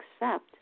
accept